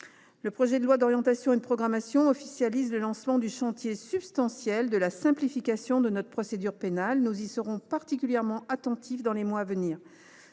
Le projet de loi d’orientation et de programmation du ministère de la justice officialise le lancement du chantier substantiel de la simplification de notre procédure pénale : nous y serons particulièrement attentifs dans les mois à venir.